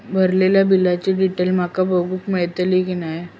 भरलेल्या बिलाची डिटेल माका बघूक मेलटली की नाय?